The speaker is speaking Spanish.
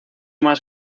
más